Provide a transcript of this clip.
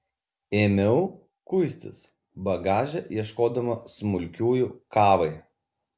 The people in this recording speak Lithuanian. ėmiau kuistis bagaže ieškodama smulkiųjų kavai